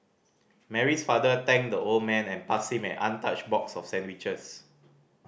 Mary's father thanked the old man and passed him an untouched box of sandwiches